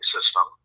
System